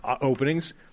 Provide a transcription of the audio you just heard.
openings